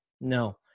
no